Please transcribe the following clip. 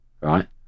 right